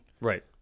Right